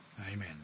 Amen